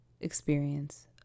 experience